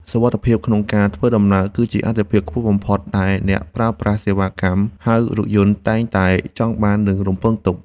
សុវត្ថិភាពក្នុងការធ្វើដំណើរ គឺជាអាទិភាពខ្ពស់បំផុតដែលអ្នកប្រើប្រាស់សេវាកម្មហៅរថយន្តតែងតែចង់បាន និងរំពឹងទុក។